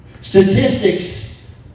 Statistics